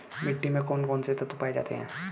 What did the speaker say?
मिट्टी में कौन कौन से तत्व पाए जाते हैं?